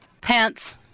Pants